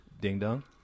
ding-dong